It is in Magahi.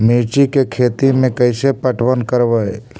मिर्ची के खेति में कैसे पटवन करवय?